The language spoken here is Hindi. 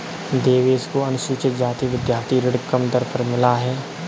देवेश को अनुसूचित जाति विद्यार्थी ऋण कम दर पर मिला है